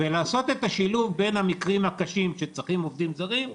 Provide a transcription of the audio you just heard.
ולעשות את השילוב בין המקרים הקשים שצריכים עובדים זרים,